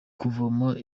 kuvoma